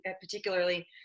particularly